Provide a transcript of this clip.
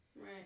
Right